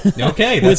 okay